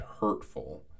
hurtful